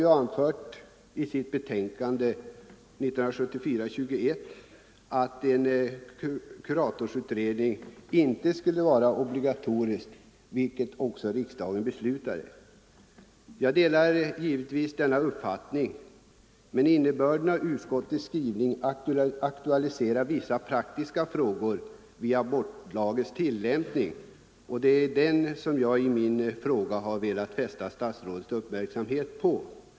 Socialutskottet har i sitt betänkande nr 21 år 1974 föreslagit att en kuratorsutredning inte skulle vara obligatorisk, vilket riksdagen också beslutade. Jag delar givetvis denna uppfattning, men innebörden av utskottets skrivning aktualiserar vissa praktiska frågor vid abortlagens tillämpning, och det är dessa som jag i min fråga velat fästa statsrådets uppmärksamhet på.